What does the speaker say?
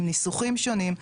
עם ניסוחים שונים,